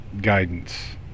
guidance